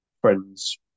friends